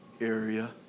area